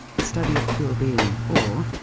the study of pure being or,